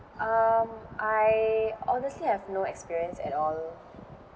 um I honestly have no experience at all